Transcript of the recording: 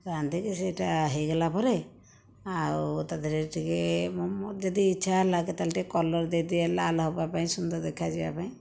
ରାନ୍ଧିକି ସେଇଟା ହୋଇଗଲା ପରେ ଆଉ ତା'ଦେହରେ ଟିକିଏ ମୁଁ ମୋର ଯଦି ଇଚ୍ଛା ହେଲା କେତେବେଳେ ଟିକିଏ କଲର୍ ଦେଇଦିଏ ଲାଲ ହେବା ପାଇଁ ସୁନ୍ଦର ଦେଖା ଯିବାପାଇଁ